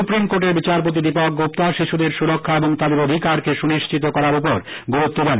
সুপ্রীমকোর্টের বিচারপতি দীপক গুঞ্বা শিশুদের সুরক্ষা এবং তাদের অধিকারকে সুনিশ্চিত করার উপর গুরুত্ব দেন